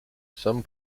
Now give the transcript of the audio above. some